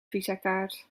visakaart